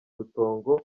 rutongo